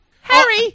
Harry